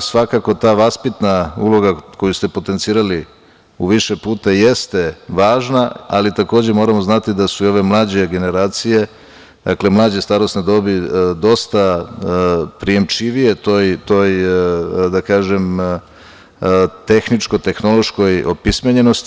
svakako to vaspitna uloga, koju ste potencirali više puta, jeste važna, ali takođe moramo znati da su i ove mlađe generacije, mlađe starosne dobi dosta prijamčivije toj tehničko tehnološkoj opismenjenosti.